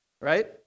Right